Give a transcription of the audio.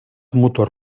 motor